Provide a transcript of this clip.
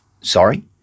sorry